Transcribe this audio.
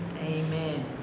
Amen